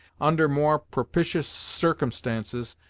under more propitious circumstances,